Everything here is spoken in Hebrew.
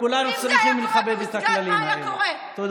תודה